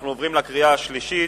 אנחנו עוברים לקריאה השלישית.